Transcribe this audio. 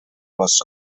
راست